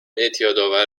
اعتیادآور